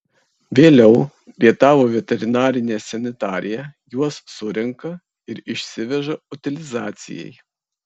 vėliau rietavo veterinarinė sanitarija juos surenka ir išsiveža utilizacijai